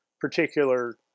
particular